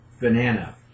banana